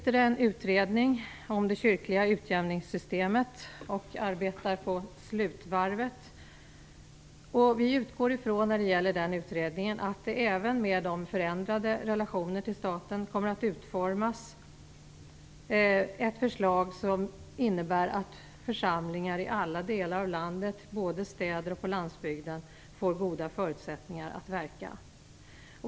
En utredning om det kyrkliga utjämningssystemet arbetar nu på slutvarvet. När det gäller denna utredning utgår vi från att det, även med förändrade relationer till staten, kommer att utformas ett förslag som innebär att församlingar i alla delar av landet, både i städerna och på landet, får goda förutsättningar att verka.